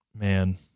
Man